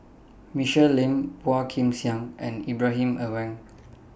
Michelle Lim Phua Kin Siang and Ibrahim Awang